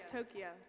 Tokyo